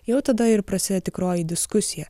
jau tada ir prasideda tikroji diskusija